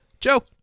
Joe